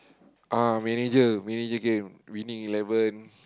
uh manager manager game Winning-Eleven